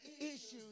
issues